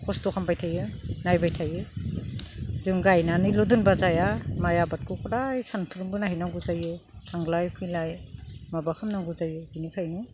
खस्थ' खालामबाय थायो नायबाय थायो जों गायनानै ल' दोनब्ला जाया माइ आबादखौ हदाय सानफ्रोमबो नाहै नांगौ जायो थांलाय फैलाय माबा खामनांगौ जायो बिनिखायनो